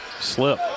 slip